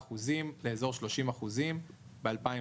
34% לאזור 30% ב-2019.